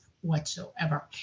whatsoever